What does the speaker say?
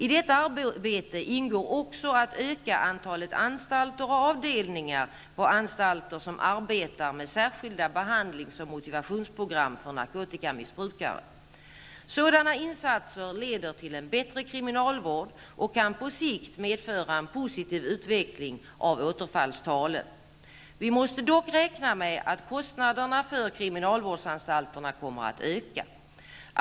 I detta arbete ingår också att öka antalet anstalter och avdelningar på anstalter som arbetar med särskilda behandlings och motivationsprogram för narkotikamissbrukare. Sådana insatser leder till en bättre kriminalvård och kan på sikt medföra en positiv utveckling av återfallstalen. Vi måste dock räkna med att kostnaderna för kriminalvårdsanstalterna kommer att öka.